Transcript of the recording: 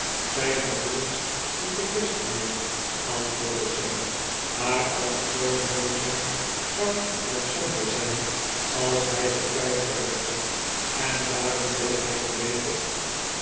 zijn gevoelens vind ik best mijnheer antwoordde sam maar als ze zoo mooi zijn zou het zonde zijn als hij ze kwijt raakte en daarom deed hij beter